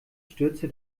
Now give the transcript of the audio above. stürzte